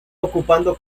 ocupando